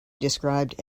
described